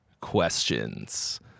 questions